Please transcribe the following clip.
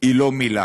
היא לא מילה,